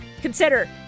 consider